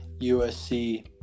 USC